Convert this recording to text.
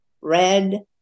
red